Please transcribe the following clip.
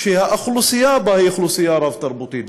שהאוכלוסייה בה היא אוכלוסייה רב-תרבותית.